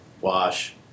wash